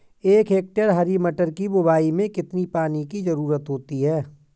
एक हेक्टेयर हरी मटर की बुवाई में कितनी पानी की ज़रुरत होती है?